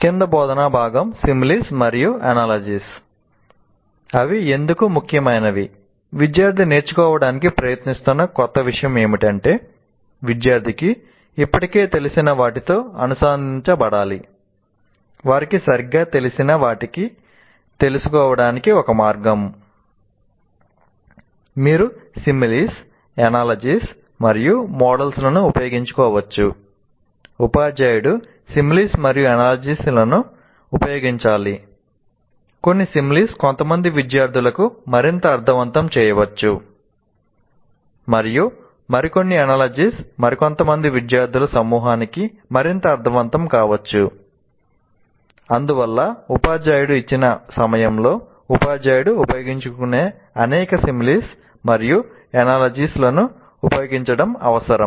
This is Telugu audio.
కింది బోధనా భాగం "సిమిలీస్ లను ఉపయోగించడం అవసరం